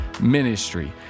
Ministry